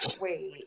wait